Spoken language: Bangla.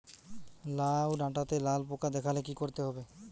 লাউ ডাটাতে লাল পোকা দেখালে কি করতে হবে?